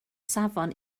safon